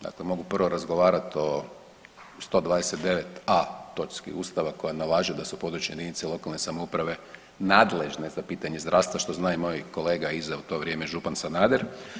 Dakle, mogu prvo razgovarati o 129a. točci Ustava koja nalaže da su područne jedinice lokalne samouprave nadležne za pitanje zdravstva što zna i moj kolega iza u to vrijeme župan Sanader.